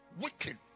Wicked